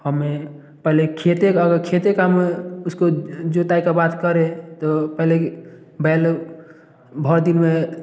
हमें पहले खेते अगर खेते का हम उसको जोताई का बात करें तो पहले बैल बहुत दिन में